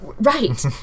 Right